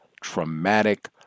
traumatic